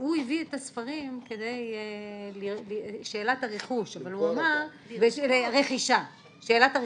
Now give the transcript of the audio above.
הוא הביא את הספרים לרכישה, שאלת הרכישה,